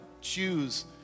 choose